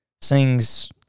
sings